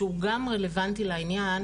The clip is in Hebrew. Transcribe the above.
שהוא גם רלוונטי לעניין.